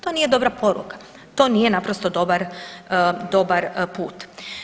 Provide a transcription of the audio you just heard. To nije dobra poruka, to nije naprosto dobar put.